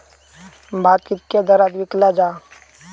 भात कित्क्या दरात विकला जा?